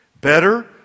Better